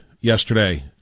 yesterday